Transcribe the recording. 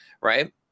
right